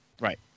Right